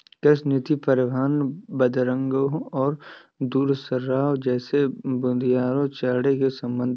कृषि नीति परिवहन, बंदरगाहों और दूरसंचार जैसे बुनियादी ढांचे से संबंधित है